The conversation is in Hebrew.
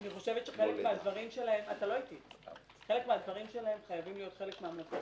אני חושבת שחלק מהדברים שלהם חייבים להיות חלק מהמלצות